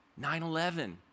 9-11